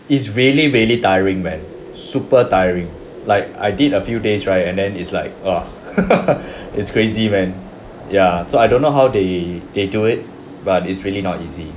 it's really really tiring man super tiring like I did a few days right and then it's like !whoa! it's crazy man ya so I don't know how they they do it but it's really not easy